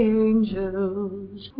angels